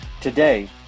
Today